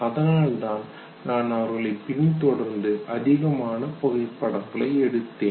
அதனால்தான் நான் அவர்களை பின்தொடர்ந்து அதிகமான புகைப்படங்களை எடுத்தேன்